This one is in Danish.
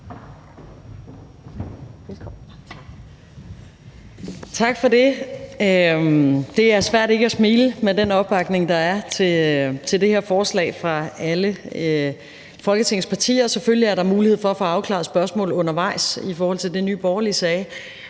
Tak for det. Det er svært ikke at smile med den opbakning, der er til det her forslag fra alle Folketingets partier. Selvfølgelig er der mulighed for at få afklaret spørgsmål undervejs henset til det, Nye Borgerlige sagde.